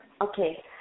Okay